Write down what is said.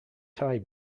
tie